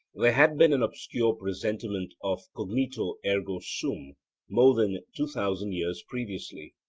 there had been an obscure presentiment of cognito, ergo sum' more than two thousand years previously.